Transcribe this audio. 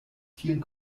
vielen